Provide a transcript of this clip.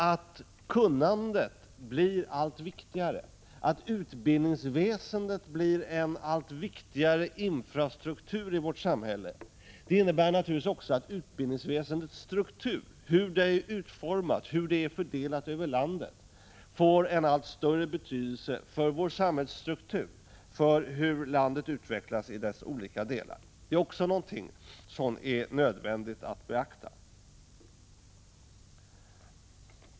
Att kunnandet blir allt viktigare, att utbildningsväsendet blir en allt viktigare del av samhällets infrastruktur, innebär naturligtvis också att utbildningsväsendets utformning och fördelning över landet får en allt större betydelse för samhällets struktur och för hur landet utvecklas i sina olika delar. Det är också någonting som är nödvändigt att beakta.